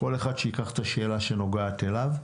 כל אחד שייקח את השאלה שנוגעת אליו.